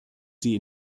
sie